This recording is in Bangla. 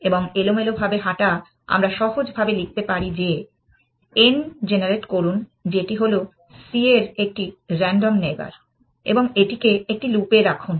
এবং এলোমেলোভাবে হাঁটা আমরা সহজভাবে লিখতে পারি যে n জেনারেট করুন যেটি হল c এর একটি রান্ডম নেইবার এবং এটিকে একটি লুপে রাখুন